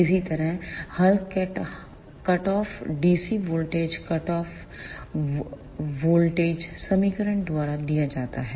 इसी तरह हल cut off DC voltage cut off voltage समीकरण द्वारा दिया जाता है